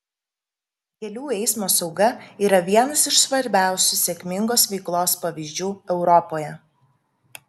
kelių eismo sauga yra vienas iš svarbiausių sėkmingos veiklos pavyzdžių europoje